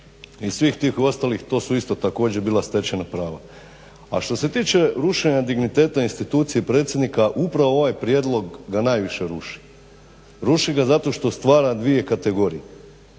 i svih tih ostalih, to su isto također bila stečena prava. A što se tiče rušenja digniteta institucije predsjednika upravo ovaj prijedlog ga najviše ruši, ruši ga zato što stvara dvije kategorije.